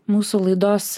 mūsų laidos